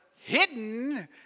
hidden